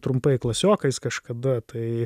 trumpai klasiokais kažkada tai